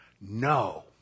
No